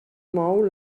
mou